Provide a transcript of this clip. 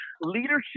Leadership